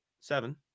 seven